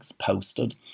posted